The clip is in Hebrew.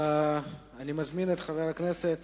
אני מזמין את חבר הכנסת